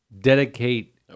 dedicate